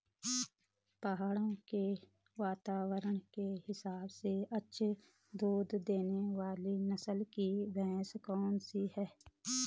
पहाड़ों के वातावरण के हिसाब से अच्छा दूध देने वाली नस्ल की भैंस कौन सी हैं?